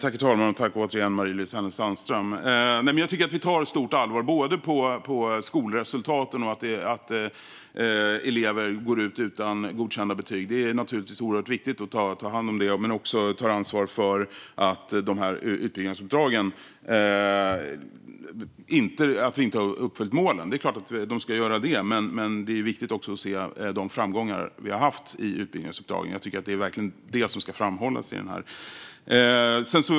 Herr talman! Jag tycker att vi tar det här på stort allvar, både gällande skolresultaten och att elever går ut utan godkända betyg. Det är naturligtvis oerhört viktigt att ta hand om det, men vi tar också ansvar för att vi inte har uppfyllt målen. Det är klart att vi ska göra det, men det är också viktigt att se de framgångar som vi har haft i utbildningsuppdragen. Jag tycker verkligen att det är det som ska framhållas.